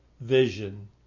vision